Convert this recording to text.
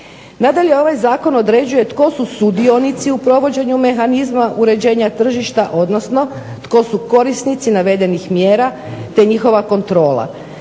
Nadalje, ovaj zakon određuje tko su sudionici u provođenju mehanizma uređenja tržišta, odnosno tko su korisnici navedenih mjera, te njihova kontrola.